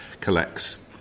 collects